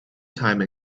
time